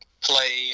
play